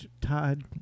Todd